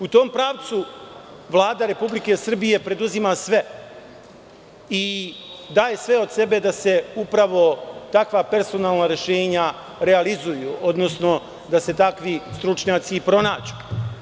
U tom pravcu Vlada Republike Srbije preduzima sve i daje sve od sebe da se upravo takva personalna rešenja realizuju, odnosno da se takvi stručnjaci i pronađu.